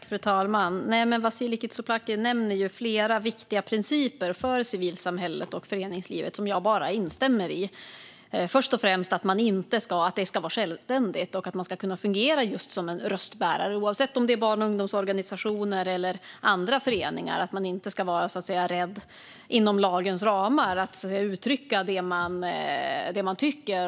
Fru talman! Vasiliki Tsouplaki nämner flera viktiga principer för civilsamhället och föreningslivet som jag instämmer i. Först och främst ska det vara självständigt. Oavsett om det är barn och ungdomsorganisationer eller andra föreningar ska de kunna fungera just som röstbärare. De ska inte vara rädda för att inom lagens ramar uttrycka vad de tycker.